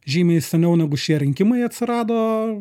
žymiai seniau negu šie rinkimai atsirado